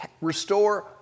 restore